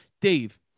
Dave